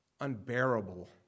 unbearable